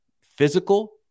physical